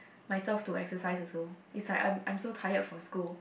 myself to exercise also it's like I'm I'm so tired from school